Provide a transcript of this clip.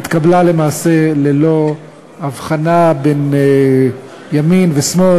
היא התקבלה למעשה ללא הבחנה בין ימין ושמאל,